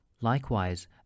Likewise